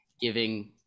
giving